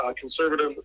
conservative